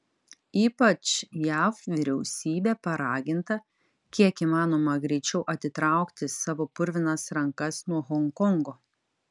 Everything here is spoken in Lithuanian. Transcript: ypač jav vyriausybė paraginta kiek įmanoma greičiau atitraukti savo purvinas rankas nuo honkongo